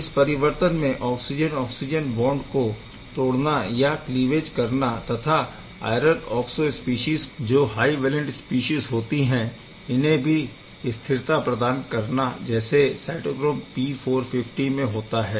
इस परिवर्तन से ऑक्सिजन ऑक्सिजन बॉन्ड को तोड़ने या क्लिवेज करना तथा आयरन ऑक्सो स्पीशीज़ जो हाइ वैलेंट स्पीशीज़ होती है इन्हें भी स्थिरता प्रदान करना जैसा साइटोक्रोम P450 में होता है